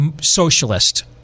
socialist